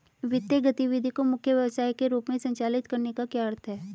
वित्तीय गतिविधि को मुख्य व्यवसाय के रूप में संचालित करने का क्या अर्थ है?